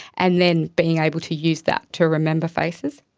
and then being able to use that to remember faces.